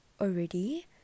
already